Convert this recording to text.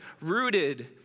rooted